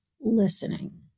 listening